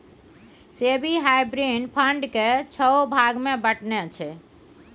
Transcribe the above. SEBI hybrid fund केँ छओ भाग मे बँटने छै